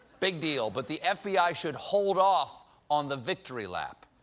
big deal. but the f b i. should hold off on the victory lap,